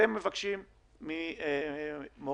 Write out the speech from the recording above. את